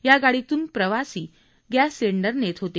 या गाडीतून प्रवासी हा गॅस सिलिंडर नेत होते